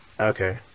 okay